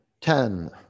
ten